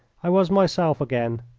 i was myself again,